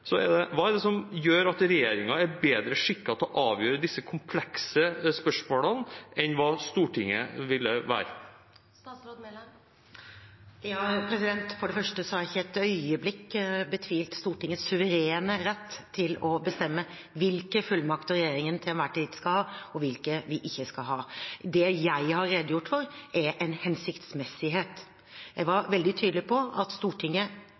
Hva er det som gjør at regjeringen er bedre skikket til å avgjøre disse komplekse spørsmålene enn hva Stortinget ville være? For det første har jeg ikke et øyeblikk betvilt Stortingets suverene rett til å bestemme hvilke fullmakter regjeringen til enhver tid skal ha, og hvilke vi ikke skal ha. Det jeg har redegjort for, er en hensiktsmessighet. Jeg var veldig tydelig på at Stortinget